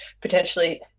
potentially